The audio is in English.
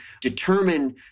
determine